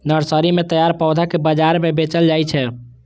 nursery मे तैयार पौधा कें बाजार मे बेचल जाइ छै